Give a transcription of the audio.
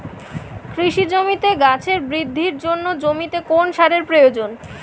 কৃষি জমিতে গাছের বৃদ্ধির জন্য জমিতে কোন সারের প্রয়োজন?